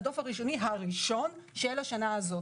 הדוח הרבעוני הראשון של השנה הזאת.